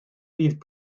fydd